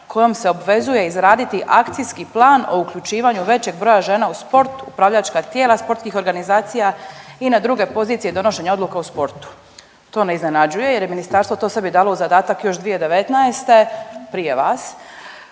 kojom se obvezuje izraditi Akcijski plan o uključivanju većeg broja žena u sport, upravljačka tijela sportskih organizacija i na druge pozicije donošenja odluka o sportu. To ne iznenađuje jer je ministarstvo to sebi dalo u zadatak još 2019. prije vas